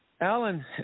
Alan